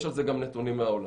יש על זה גם נתונים מהעולם.